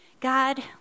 God